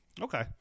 Okay